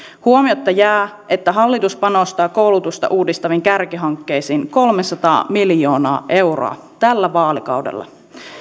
huomiotta jää että hallitus panostaa koulutusta uudistaviin kärkihankkeisiin kolmesataa miljoonaa euroa tällä vaalikaudella